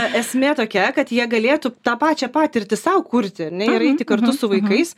esmė tokia kad jie galėtų tą pačią patirtį sau kurti ar ne ir eiti kartu su vaikais